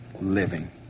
living